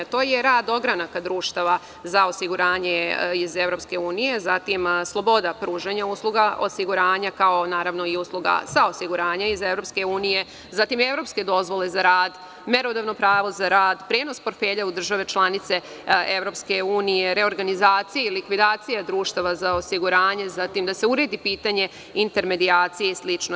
To je rad ogranaka društava za osiguranje iz EU, zatim sloboda pružanja usluga osiguranja, kao naravno i usluga sa osiguranja iz EU, zatim evropske dozvole za rad, merodavno pravo za rad, prenos portfelja u države članice EU, reorganizacije i likvidacija društava za osiguranje, zatim da se uredi pitanje intermedijacije i slično.